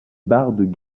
bardes